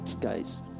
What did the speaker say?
guys